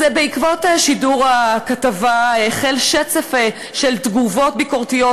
בעקבות שידור הכתבה החל שצף של תגובות ביקורתיות,